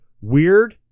weird